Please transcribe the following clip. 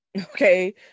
Okay